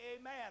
Amen